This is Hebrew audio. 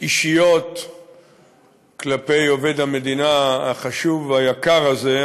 אישיות כלפי עובד המדינה החשוב והיקר הזה,